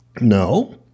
No